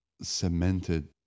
cemented